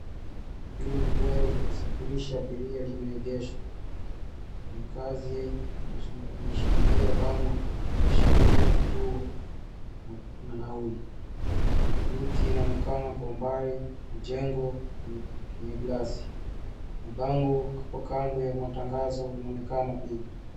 Hili ni gari la kusafirisha abiria limeegeshwa. Mfanyi kazi ameshikilia bango kuashiria vituo na nauli. Miti inaonekana kwa umbali, majengo ni glasi. Mabango hapo kando ya matangazo inaonekana pia.